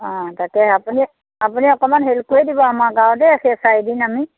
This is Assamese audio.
অঁ তাতে আপুনি আপুনি অকণমান হেল্প কৰি দিব আমাক আৰু দেই সেই চাৰিদিন আমি